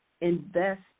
Invest